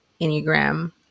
Enneagram